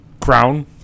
Crown